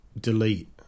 delete